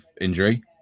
injury